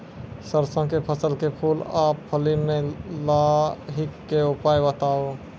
सरसों के फसल के फूल आ फली मे लाहीक के उपाय बताऊ?